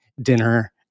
dinner